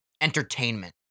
entertainment